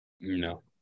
No